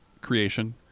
creation